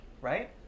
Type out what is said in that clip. Right